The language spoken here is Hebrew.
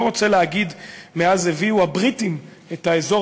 לא רוצה להגיד מאז הביאו הבריטים באזור